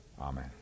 Amen